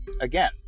again